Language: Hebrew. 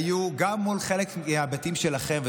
היו גם מול חלק מהבתים שלכם,